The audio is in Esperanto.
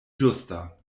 ĝusta